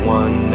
one